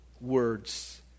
words